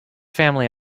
family